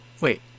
wait